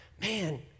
Man